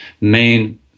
main